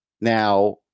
Now